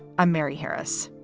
i'm mary harris.